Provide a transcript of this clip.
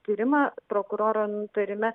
tyrimą prokuroro nutarime